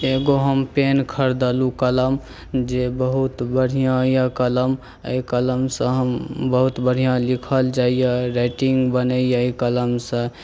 एगो हम पेन खरिदलहुॅं कलम जे बहुत बढ़िऑं ये कलम एहि कलमसँ हम बहुत बढ़िऑं लिखल जाइया राइटिंग बनैया एहि कलमसॅं